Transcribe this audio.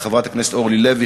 חברת הכנסת אורלי לוי,